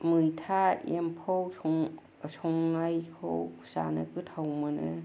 मैथा एम्फौ सं संनायखौ जानो गोथाव मोनो